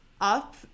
up